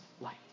light